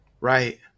Right